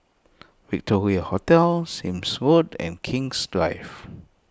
Victoria Hotel Sime's Road and King's Drive